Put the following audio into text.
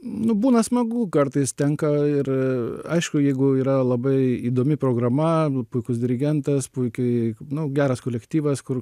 nu būna smagu kartais tenka ir aišku jeigu yra labai įdomi programa nu puikus dirigentas puikiai nu geras kolektyvas kur